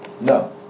No